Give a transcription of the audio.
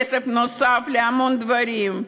כסף נוסף להמון דברים.